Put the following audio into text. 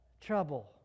trouble